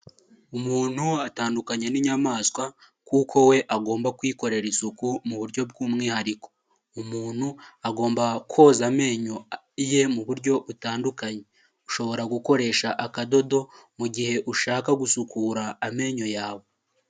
Umuntu atandukanye n'inyamaswa kuko we agomba kwikorera isuku mu buryo bw'umwihariko, umuntu agomba koza amenyo ye mu buryo butandukanye, ushobora gukoresha akadodo, mu gihe ushaka gusukura amenyo yawe.